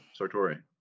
Sartori